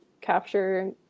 capture